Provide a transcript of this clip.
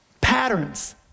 Patterns